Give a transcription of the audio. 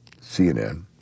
CNN